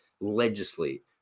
legislate